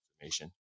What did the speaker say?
information